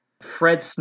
Fred